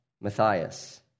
Matthias